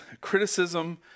Criticism